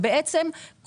בעצם,